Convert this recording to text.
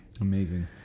Amazing